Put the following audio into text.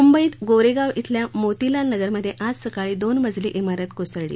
मुंबईत गोरेगाव इथल्या मोतीलाल नगर मध्ये आज सकाळी दोन मजली इमारत कोसळली